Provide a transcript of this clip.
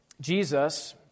Jesus